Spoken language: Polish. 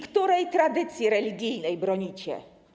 Której tradycji religijnej bronicie?